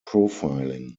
profiling